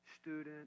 student